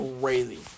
crazy